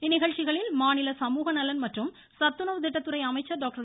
இந்நிகழ்ச்சிகளில் மாநில சமூக நலன் மற்றும் சத்துணவுத் திட்ட துறை அமைச்சர் டாக்டர்